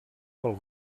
pel